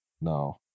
no